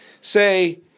Say